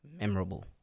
memorable